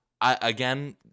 again